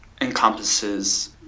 encompasses